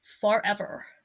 forever